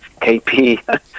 kp